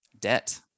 debt